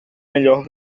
melhor